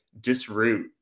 disroot